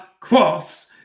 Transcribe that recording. Cross